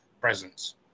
presence